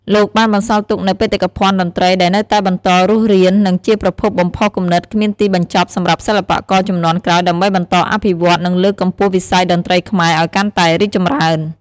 លោកបានបន្សល់ទុកនូវបេតិកភណ្ឌតន្ត្រីដែលនៅតែបន្តរស់រាន និងជាប្រភពបំផុសគំនិតគ្មានទីបញ្ចប់សម្រាប់សិល្បករជំនាន់ក្រោយ ដើម្បីបន្តអភិវឌ្ឍ និងលើកកម្ពស់វិស័យតន្ត្រីខ្មែរឱ្យកាន់តែរីកចម្រើន ។